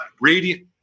radiant